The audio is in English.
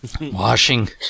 Washing